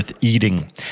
eating